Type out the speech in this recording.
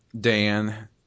Dan